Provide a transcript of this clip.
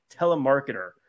telemarketer